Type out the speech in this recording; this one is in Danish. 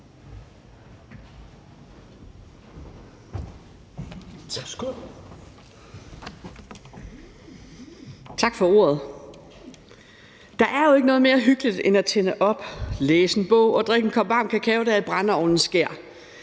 Tak for ordet. Der er jo ikke noget mere hyggeligt end at tænde op, læse en bog og drikke en kop varm kakao dér i brændeovnens skær.